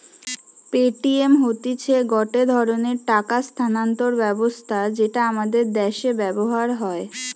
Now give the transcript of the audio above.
Paytm হতিছে গটে ধরণের টাকা স্থানান্তর ব্যবস্থা যেটা আমাদের দ্যাশে ব্যবহার হয়